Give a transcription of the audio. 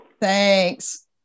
Thanks